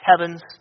heavens